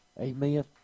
Amen